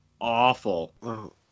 awful